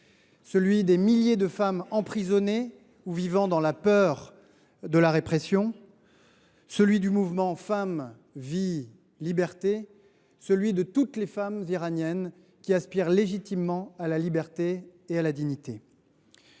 des milliers de femmes emprisonnées ou vivant dans la peur de la répression. C’est bien sûr celui du mouvement « Femmes, vie, liberté », de toutes les femmes iraniennes qui aspirent légitimement à la liberté et à la dignité.